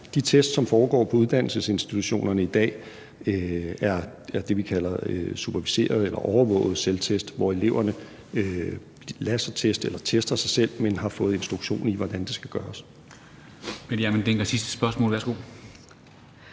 De test, som foregår på uddannelsesinstitutionerne i dag, er det, vi kalder superviserede eller overvågede selvtest, hvor eleverne lader sig teste eller tester sig selv, men har fået instruktion i, hvordan det skal gøres.